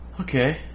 Okay